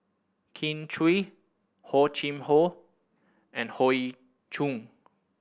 Kin Chui Hor Chim Or and Hoey Choo